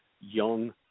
young